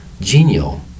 Genial